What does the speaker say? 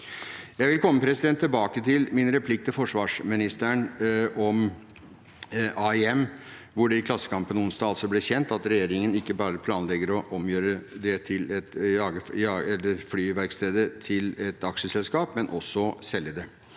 Jeg vil komme tilbake til min replikk til forsvarsministeren om AIM, hvor det i Klassekampen onsdag altså ble kjent at regjeringen ikke bare planlegger å omgjøre flyverkstedet til et aksjeselskap, men også å selge det.